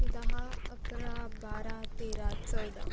दहा अकरा बारा तेरा चौदा